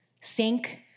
sink